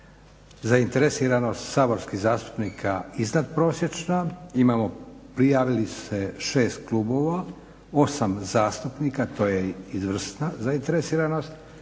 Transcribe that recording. zainteresiranost saborskih zastupnika iznadprosječna, imamo, prijavili su se šest klubova, osam zastupnika, to je izvrsna zainteresiranost.